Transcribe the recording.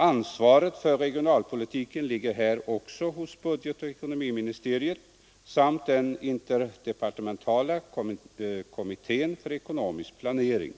Ansvaret för regionalpolitiken ligger här också hos budgetoch ekonomiministeriet samt den interdepartementala kommittén för ekonomisk planering.